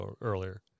earlier